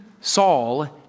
Saul